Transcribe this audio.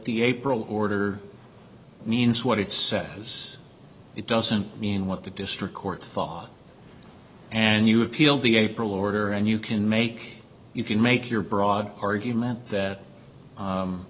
the april order means what it says it doesn't mean what the district court thaw and you appeal the april order and you can make you can make your broad argument that